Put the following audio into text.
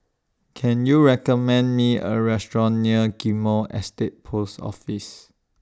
Can YOU recommend Me A Restaurant near Ghim Moh Estate Post Office